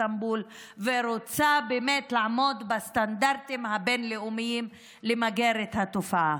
איסטנבול ורוצה באמת לעמוד בסטנדרטים הבין-לאומיים למיגור התופעה.